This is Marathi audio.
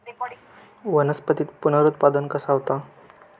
वनस्पतीत पुनरुत्पादन कसा होता?